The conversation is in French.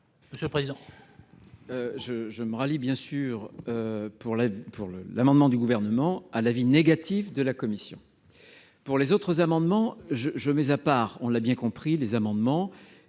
monsieur le président.